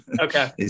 okay